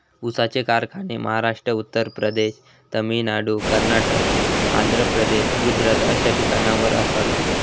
ऊसाचे कारखाने महाराष्ट्र, उत्तर प्रदेश, तामिळनाडू, कर्नाटक, आंध्र प्रदेश, गुजरात अश्या ठिकाणावर आसात